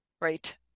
right